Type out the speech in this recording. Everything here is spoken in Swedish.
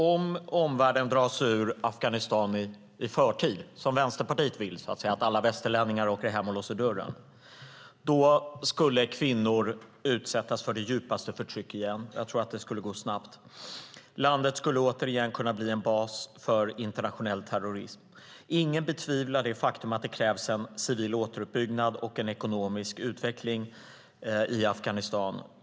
Om omvärlden drar sig ur Afghanistan i förtid - Vänsterpartiet vill ju, så att säga, att alla västerlänningar ska åka hem och låsa dörren - skulle kvinnor utsättas för det djupaste förtryck igen. Jag tror att det skulle gå snabbt. Landet skulle återigen kunna bli en bas för internationell terrorism. Ingen betvivlar det faktum att det krävs en civil återuppbyggnad och en ekonomisk utveckling i Afghanistan.